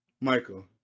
Michael